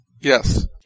Yes